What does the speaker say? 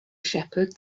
shepherd